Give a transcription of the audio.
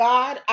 God